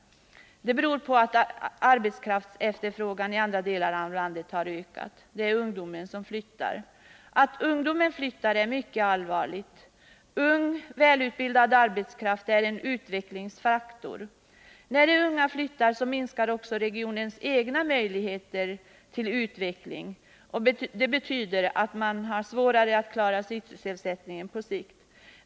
Det beror på att efterfrågan på arbetskraft i andra delar av landet har ökat. Det är ungdomen som flyttar. Att ungdomen flyttar är mycket allvarligt. Ung och välutbildad arbetskraft är en utvecklingsfaktor. När de unga flyttar minskar också regionens egna möjligheter till utveckling, och det betyder att det blir svårare att klara sysseslättningen på lång sikt.